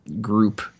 group